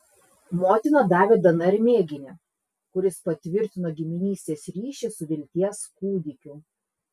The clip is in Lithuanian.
motina davė dnr mėginį kuris patvirtino giminystės ryšį su vilties kūdikiu